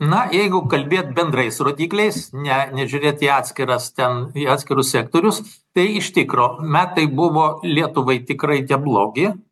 na jeigu kalbėt bendrais rodikliais ne nežiūrėt į atskiras ten į atskirus sektorius tai iš tikro metai buvo lietuvai tikrai neblogi